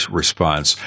response